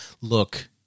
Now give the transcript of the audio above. look